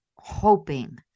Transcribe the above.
hoping